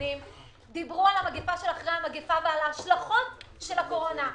דיברו על המגפה שאחרי המגפה ועל ההשלכות של הקורונה,